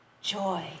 joy